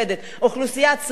אוכלוסייה צעירה.